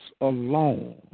alone